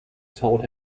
told